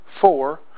four